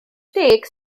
deg